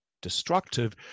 destructive